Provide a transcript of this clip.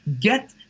get